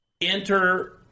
Enter